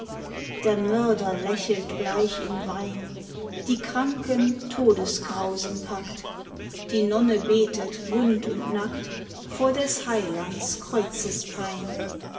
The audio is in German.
der mörder lächelt bleich im wein die kranken todesgrausen packt die nonne betet wund und nackt vor des heilands kreuzespein